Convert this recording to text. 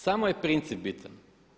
Samo je princip bitan.